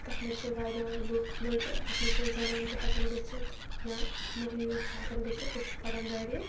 تَتھ منٛز چھِ واریاہ لُکھ لٕڑ تَتھ منٛز چھِ زَنان تہِ ہٮ۪کان گٔژھتھ یا مٔہنِو یوت چھِ ہٮ۪کان گٔژھتھ أسۍ چھِ پَران گَرے